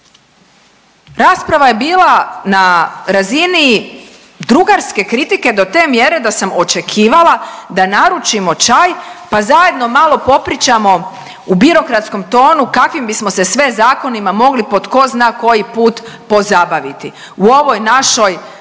jedina. Rasprava je bila na razini drugarske kritike do te mjere da sam očekivala da naručimo čaj pa zajedno malo popričamo u birokratskom tonu kakvim bismo se sve zakonima mogli po tko zna koji put pozabaviti u ovoj našoj zatvorenoj